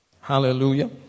Hallelujah